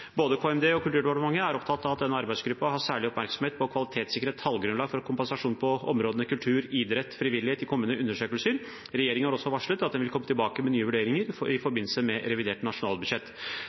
Både KMD og Kulturdepartementet er opptatt av at denne arbeidsgruppen har særlig oppmerksomhet på å kvalitetssikre tallgrunnlaget for kompensasjon på områdene kultur, idrett og frivillighet i kommende undersøkelser. Regjeringen har også varslet at den vil komme tilbake med nye vurderinger i forbindelse med revidert nasjonalbudsjett.